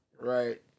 Right